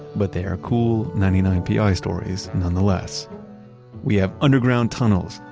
but they are cool ninety nine pi stories nonetheless we have underground tunnels,